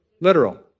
Literal